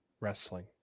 wrestling